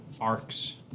arcs